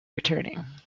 returning